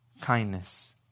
Kindness